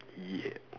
yeah